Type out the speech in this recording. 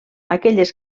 aquelles